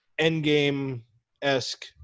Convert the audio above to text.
Endgame-esque